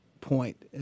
point